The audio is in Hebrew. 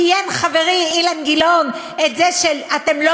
ציין חברי אילן גילאון את זה שאתם לא